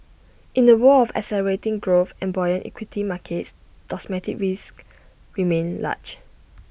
in A world of accelerating growth and buoyant equity markets domestic risks remain large